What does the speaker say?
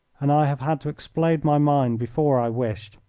and i have had to explode my mine before i wished.